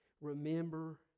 Remember